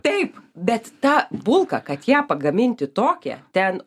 taip bet ta bulka kad ją pagaminti tokią ten